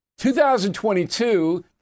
2022